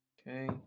Okay